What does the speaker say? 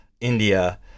India